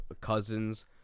cousins